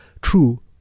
true